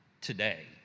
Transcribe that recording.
today